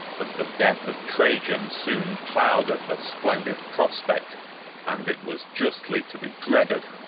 but the death of trajan soon clouded the splendid prospect and it was justly to be dreaded,